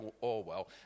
Orwell